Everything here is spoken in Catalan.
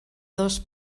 dos